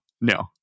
no